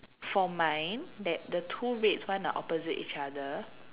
for mine that the two reds ones are opposite each other